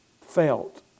felt